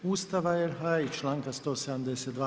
Ustava RH i članka 172.